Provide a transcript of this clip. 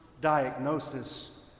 diagnosis